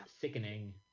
sickening